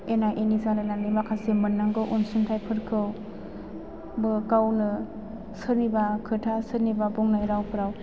एना एनि जालायनानै माखासे मोननांगौ अनसुंथाइफोरखौबो गावनो सोरनिबा खोथा सोरनिबा बुंनाय रावफोराव